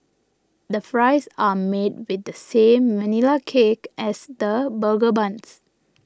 the fries are made with the same Vanilla Cake as the burger buns